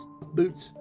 boots